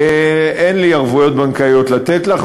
אין לי ערבויות בנקאיות לתת לך,